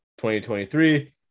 2023